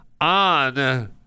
on